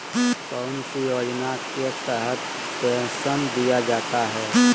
कौन सी योजना के तहत पेंसन दिया जाता है?